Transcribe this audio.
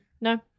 No